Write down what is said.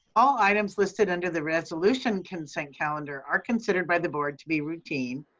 all items listed under the resolution consent calendar are considered by the board to be routine